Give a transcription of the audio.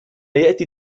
يأتي